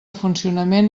funcionament